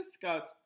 discuss